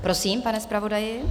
Prosím, pane zpravodaji.